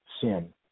sin